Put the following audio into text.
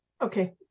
Okay